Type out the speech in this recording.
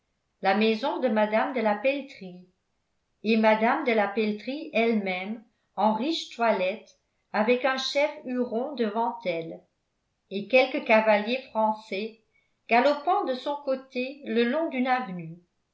la maison de mme de la peltrie et mme de la peltrie elle-même en riche toilette avec un chef huron devant elle et quelques cavaliers français galopant de son côté le long d'une avenue